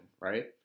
right